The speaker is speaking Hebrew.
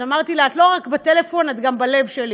אז כתבתי לה: את לא רק בטלפון, את גם בלב שלי.